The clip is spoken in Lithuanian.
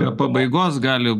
be pabaigos gali